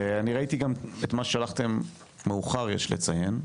אני ראיתי גם את מה ששלחתם מאוחר, יש לציין,